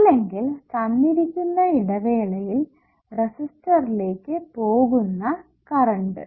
അല്ലെങ്കിൽ തന്നിരിക്കുന്ന ഇടവേളയിൽ റെസിസ്റ്ററിലേക്ക് പോകുന്ന കറണ്ട്